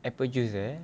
apple juice eh